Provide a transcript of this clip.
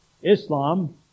Islam